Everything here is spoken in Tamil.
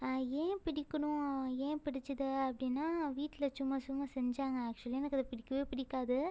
ஏன் பிடிக்கணும் ஏன் பிடித்தது அப்படின்னா வீட்டில் சும்மா சும்மா செஞ்சாங்க ஆக்சுவலி எனக்கு அது பிடிக்கவே பிடிக்காது